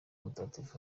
mutagatifu